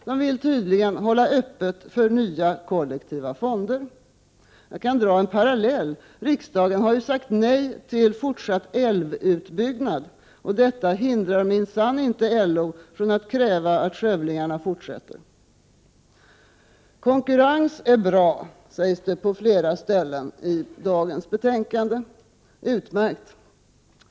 De vill tydligen hålla öppet för nya kollektiva fonder. En parallell: Riksdagen har sagt nej till fortsatt älvutbyggnad. Detta hindrar minsann inte LO från att kräva att skövlingarna fortsätter! Konkurrens är bra, sägs det på flera ställen i dagens betänkande. Det är utmärkt.